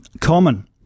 Common